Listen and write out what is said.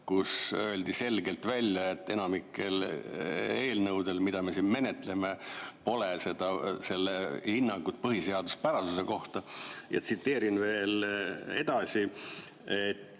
kus öeldi selgelt välja, et enamikul eelnõudel, mida me siin menetleme, pole hinnangut põhiseaduspärasuse kohta. Ja tsiteerin veel edasi.